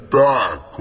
back